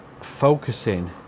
focusing